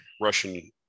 Russian